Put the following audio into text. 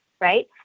right